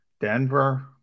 Denver